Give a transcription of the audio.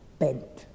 bent